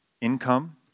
income